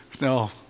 No